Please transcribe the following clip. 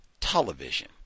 television